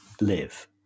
live